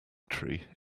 tree